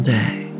day